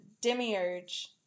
demiurge